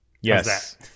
Yes